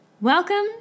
Welcome